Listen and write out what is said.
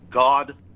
God